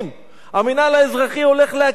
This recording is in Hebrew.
המינהל האזרחי הולך להכיר באיזה כפר